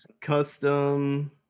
Custom